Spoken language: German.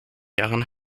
jahren